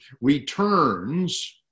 returns